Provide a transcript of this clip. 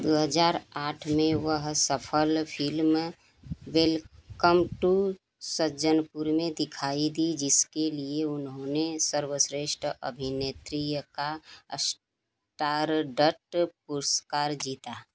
दो हज़ार आठ में वह सफल फ़िल्म वेलकम टू सज्जनपुर में दिखाई दीं जिसके लिए उन्होंने सर्वश्रेष्ठ अभिनेत्री का स्टारडट पुरस्कार जीता